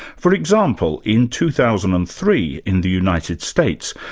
for example, in two thousand and three in the united states,